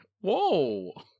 Whoa